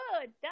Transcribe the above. good